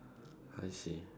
I see